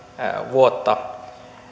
vuotta